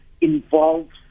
involves